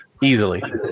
Easily